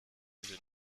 wie